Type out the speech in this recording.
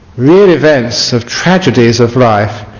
real events of tragedies of life